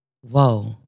whoa